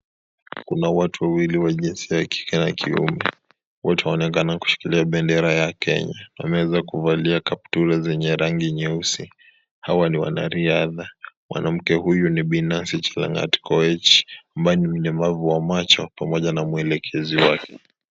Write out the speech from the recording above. Kuna watu wawili wa jinsia ya kike na ya kiume . Wote wanaonekana kushikilia bendera ya Kenya . Wameweza kuvalia kaptura zenye rangi nyeusi . Hawa ni wanariadha , mwanamke huyu ni Bi . Nancy Chelangat Koech ambaye ni mlemavu wa macho pamoja na mwelekezi wake.